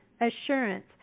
assurance